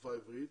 השפה העברית